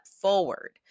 forward